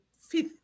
fifth